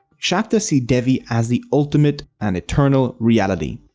shaktas see devi as the ultimate and eternal reality.